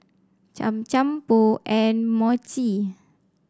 Cham Cham Pho and Mochi